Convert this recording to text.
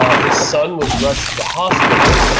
ah his son was rushed to the hospital